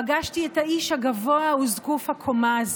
פגשתי את האיש הגבוה וזקוף הקומה הזה,